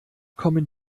kommen